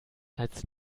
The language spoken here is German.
als